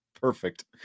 Perfect